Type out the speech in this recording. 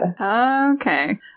Okay